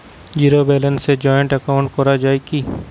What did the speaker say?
Zero ব্যালেন্সে joint account করা য়ায় কি?